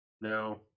No